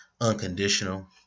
unconditional